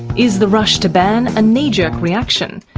is the rush to ban a knee-jerk reaction?